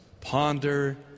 Ponder